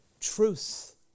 truth